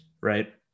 right